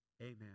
Amen